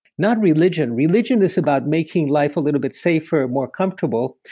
not religion. religion is about making life a little bit safer, more comfortable,